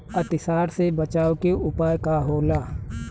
अतिसार से बचाव के उपाय का होला?